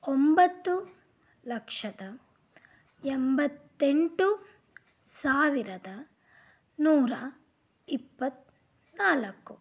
ಒಂಬತ್ತು ಲಕ್ಷದ ಎಂಬತ್ತೆಂಟು ಸಾವಿರದ ನೂರ ಇಪ್ಪತ್ತ್ನಾಲ್ಕು